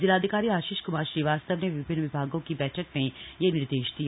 जिलाधिकारी आशीष क्मार श्रीवास्तव ने विभिन्न विभागों की बैठक में यह निर्देश दिये